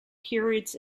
periods